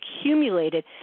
accumulated